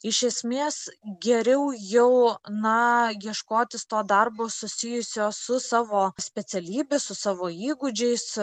iš esmės geriau jau na ieškotis to darbo susijusio su savo specialybe su savo įgūdžiais